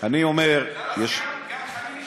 אני אומר, חלאס, גם חנין השתכנע.